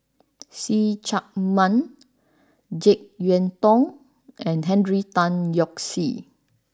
See Chak Mun Jek Yeun Thong and Henry Tan Yoke See